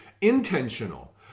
intentional